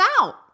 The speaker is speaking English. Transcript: out